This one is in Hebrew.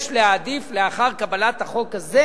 לאחר קבלת החוק הזה